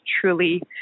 truly